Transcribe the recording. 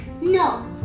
No